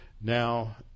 Now